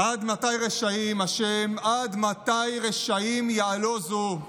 "עד מתי רשעים ה', עד מתי רשעים יעלזו".